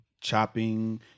chopping